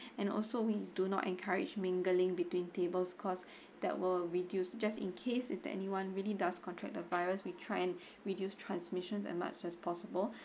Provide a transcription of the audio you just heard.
and also we do not encourage mingling between tables cause that will reduce just in case if anyone really does contract the virus we try reduce transmission that much as possible